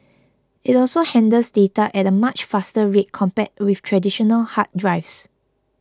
it also handles data at a much faster rate compared with traditional hard drives